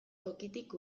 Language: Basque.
tokitik